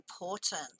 important